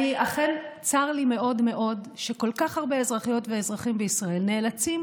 אכן צר לי מאוד מאוד שכל כך הרבה אזרחיות ואזרחים בישראל נאלצים